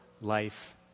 life